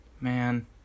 Man